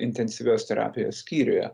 intensyvios terapijos skyriuje